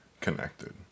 connected